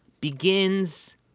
begins